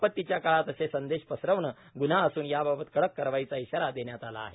आपतीच्या काळात असे संदेश पसरविणे गुन्हा असून याबाबत कडक कारवाईचा ईशारा देण्यात आला आहे